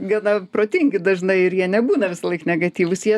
gana protingi dažnai ir jie nebūna visąlaik negatyvūs jie